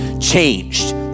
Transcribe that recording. changed